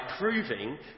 proving